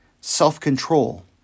self-control